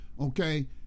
okay